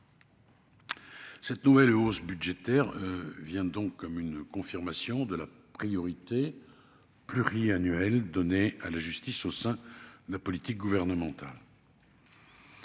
Cette nouvelle hausse budgétaire confirme la priorité pluriannuelle donnée à la justice au sein de la politique gouvernementale.